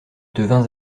devins